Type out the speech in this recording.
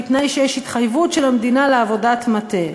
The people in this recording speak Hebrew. בתנאי שיש התחייבות של המדינה לעבודת מטה.